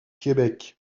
québec